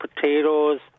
potatoes